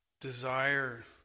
desire